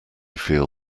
feel